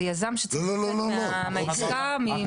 זה יזם שצריך לצאת מהעסקה מסיבות מסוימות.